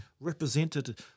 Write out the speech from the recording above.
represented